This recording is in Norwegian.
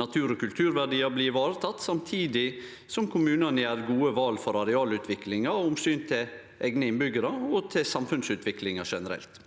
natur- og kulturverdiar blir vareteke, samtidig som kommunane gjer gode val for arealutviklinga av omsyn til eigne innbyggjarar og til samfunnsutviklinga generelt.